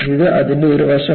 ഇത് അതിന്റെ ഒരു വശമാണ്